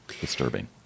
Disturbing